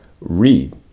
read